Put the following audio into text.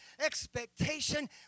expectation